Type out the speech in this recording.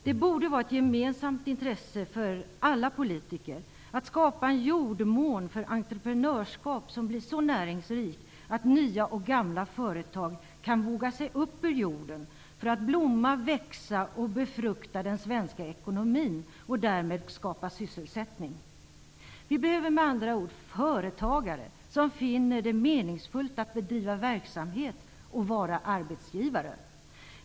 Det borde vara ett gemensamt intresse för alla politiker att skapa en jordmån för entreprenörskap som blir så näringsrik att nya och gamla företag kan våga sig upp ur jorden för att blomma, växa och befrukta den svenska ekonomin och därmed skapa sysselsättning. Vi behöver med andra ord företagare som finner det meningsfullt att bedriva verksamhet och vara arbetsgivare.